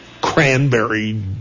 cranberry